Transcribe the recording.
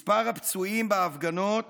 מספר הפצועים בהפגנות